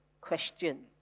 question